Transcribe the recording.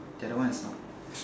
the other one is not